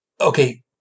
okay